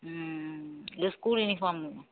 ம் ம் ம் இந்த ஸ்கூல் யூனிஃபார்மு